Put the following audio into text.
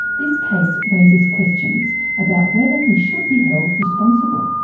this case raises questions about whether he should be held responsible.